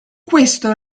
questo